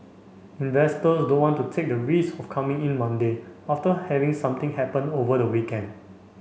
investors don't want to take the risk of coming in Monday after having something happen over the weekend